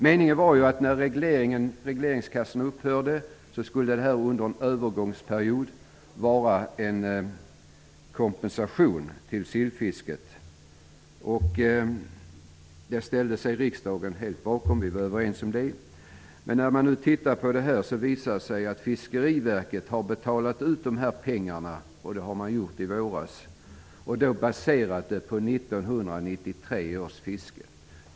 Meningen var att när regleringskassorna upphörde skulle dessa pengar under en övergångsperiod utgöra en kompensation till sillfisket. Riksdagen ställde sig helt bakom detta. Nu har det visat sig att Fiskeriverket betalade ut pengarna i våras baserat på 1993 års fiske.